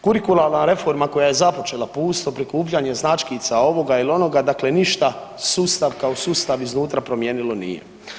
Kurikularna reforma koja je započela, pusto prikupljanje značkica ovoga ili onoga dakle ništa sustav kao sustav iznutra promijenilo nije.